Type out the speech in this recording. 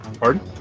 Pardon